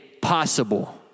possible